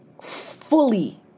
fully